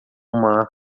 mar